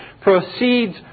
proceeds